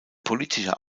politischer